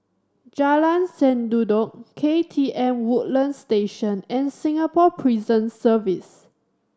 Jalan Sendudok K T M Woodlands Station and Singapore Prison Service